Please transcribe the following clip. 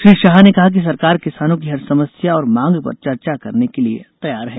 श्री शाह ने कहा कि सरकार किसानों की हर समस्या और मांग पर चर्चा करने के लिए तैयार है